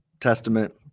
Testament